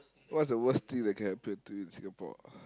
what's the worst thing that can happen to you in Singapore